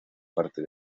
parte